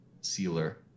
sealer